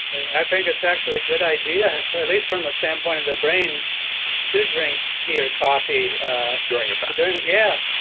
i think, it's actually good idea, at least from the standpoint of the brain to drink tea or coffee during a fast yeah. but yeah,